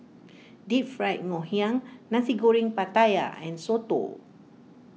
Deep Fried Ngoh Hiang Nasi Goreng Pattaya and Soto